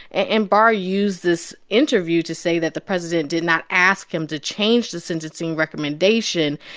and and barr used this interview to say that the president did not ask him to change the sentencing recommendation.